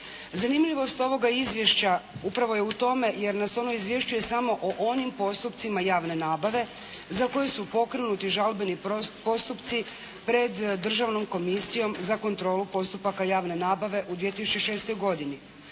Zanimljivost ovoga izvješća upravo je u tome jer nas ono izvješćuje samo o onim postupcima javne nabave za koju su pokrenuti žalbeni postupci pred Državnom komisijom za kontrolu postupaka javne nabave u 2006. godini.